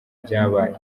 byabaye